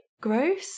gross